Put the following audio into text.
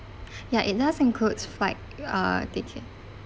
yeah it does includes flight uh ticket